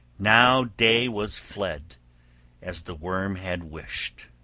now day was fled as the worm had wished.